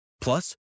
Plus